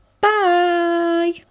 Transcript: bye